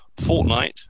Fortnite